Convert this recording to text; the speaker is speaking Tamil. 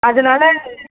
அதனால